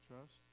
trust